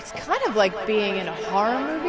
kind of like being in a horror movie,